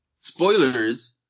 spoilers